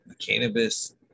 cannabis